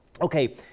Okay